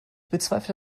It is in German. bezweifle